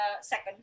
second